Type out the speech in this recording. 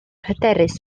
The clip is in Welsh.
hyderus